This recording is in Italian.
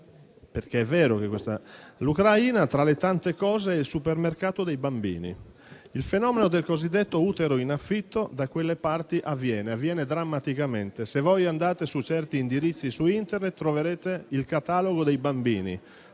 perché è vero, che l'Ucraina, tra le tante cose, è il supermercato dei bambini. Il fenomeno del cosiddetto utero in affitto da quelle parti avviene ed avviene drammaticamente. Se andate su certi indirizzi di Internet, troverete il catalogo dei bambini